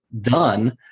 done